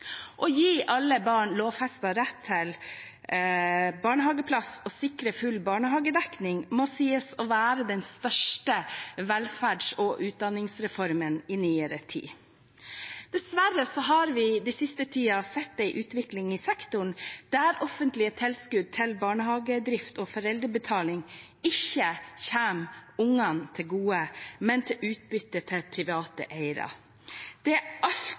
Å gi alle barn lovfestet rett til barnehageplass og sikre full barnehagedekning må sies å være den største velferds- og utdanningsreformen i nyere tid. Dessverre har vi den siste tiden sett en utvikling i sektoren der offentlige tilskudd til barnehagedrift og foreldrebetaling ikke kommer barna til gode, men som utbytte til private eiere. Det er